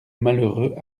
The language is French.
malheureux